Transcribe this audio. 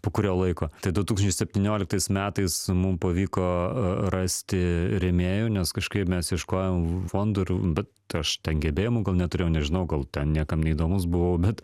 po kurio laiko tai du tūkstančiai septynioliktais metais mum pavyko rasti rėmėjų nes kažkaip mes ieškojom fondų ir bet aš ten gebėjimų gal neturėjau nežinau gal ten niekam neįdomus buvau bet